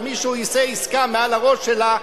ומישהו עושה עסקה מעל הראש שלה,